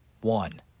One